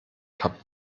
kap